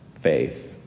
faith